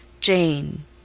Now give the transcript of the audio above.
Jane